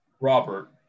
Robert